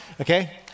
Okay